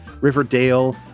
Riverdale